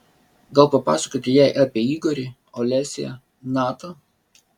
gal papasakoti jai apie igorį olesią natą